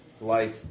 Life